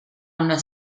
una